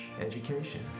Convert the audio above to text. education